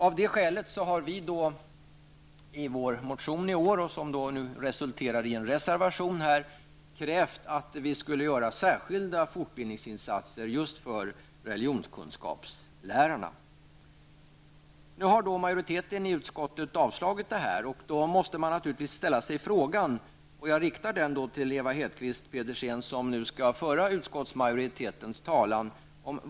Av detta skäl har vi i år i vår motion, som nu har resulterat i en reservation, krävt att det görs särskilda fortbildningsinsatser just för religionskunskapslärarna. Nu har utskottets majoritet avstyrkt detta. Då måste man naturligtvis ställa sig frågan, som jag riktar till Ewa Hedkvist Petersen som skall föra utskottsmajoritetens talan.